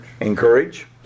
Encourage